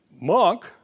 monk